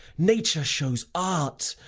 nature shows art,